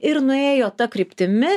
ir nuėjo ta kryptimi